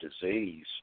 disease